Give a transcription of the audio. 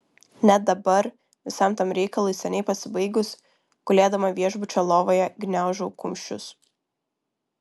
net dabar visam tam reikalui seniai pasibaigus gulėdama viešbučio lovoje gniaužau kumščius